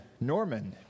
Norman